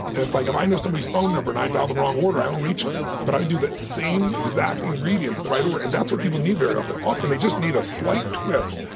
and it's like if i know somebody's phone number, and i dial the wrong order, i don't reach them. but i do the same exact ingredients the right order, and that's what people need very often. often, they just need a slight twist,